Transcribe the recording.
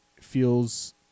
feels